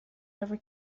ever